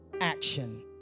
action